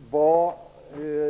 Herr talman!